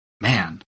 man